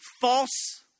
false